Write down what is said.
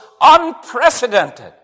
unprecedented